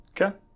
Okay